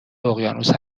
اقیانوس